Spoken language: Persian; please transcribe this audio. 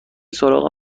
سراغ